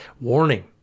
warning